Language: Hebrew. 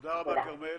תודה רבה, כרמל.